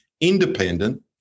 independent